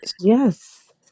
Yes